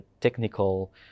technical